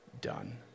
done